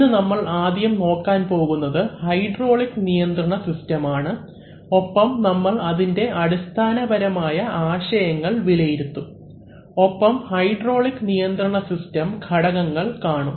ഇന്ന് നമ്മൾ ആദ്യം നോക്കാൻ പോകുന്നത് ഹൈഡ്രോളിക് നിയന്ത്രണ സിസ്റ്റം ആണ് ഒപ്പം നമ്മൾ അതിൻറെ അടിസ്ഥാനപരമായ ആശയങ്ങൾ വിലയിരുത്തും ഒപ്പം ഹൈഡ്രോളിക് നിയന്ത്രണ സിസ്റ്റം ഘടകങ്ങൾ കാണും